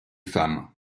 femmes